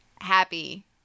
happy